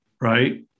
right